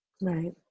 Right